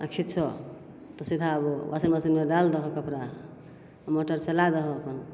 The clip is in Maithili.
आओर खिचऽ तऽ सीधा आब ओ वाशिन्ग मशीनमे डालि दहो कपड़ा मोटर चलै दहो अपन